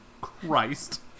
Christ